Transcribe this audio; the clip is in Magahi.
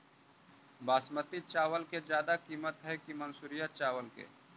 बासमती चावल के ज्यादा किमत है कि मनसुरिया चावल के?